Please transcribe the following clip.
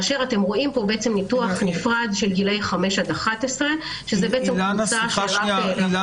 אתם רואים ניתוח נפרד של גילאי 5 עד 11. אילנה,